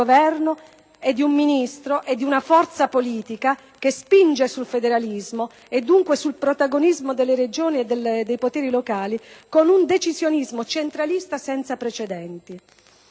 di un Ministro e di una forza politica che spingono sul federalismo, e dunque sul protagonismo delle Regioni e dei poteri locali, con un decisionismo centralista senza precedenti.